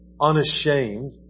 unashamed